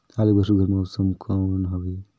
आलू बर सुघ्घर मौसम कौन हवे?